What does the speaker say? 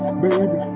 baby